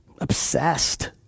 obsessed